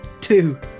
two